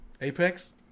Apex